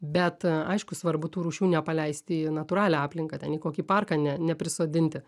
bet aišku svarbu tų rūšių nepaleisti į natūralią aplinką ten į kokį parką ne neprisodinti